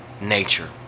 nature